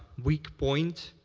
weak point